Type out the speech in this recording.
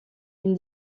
une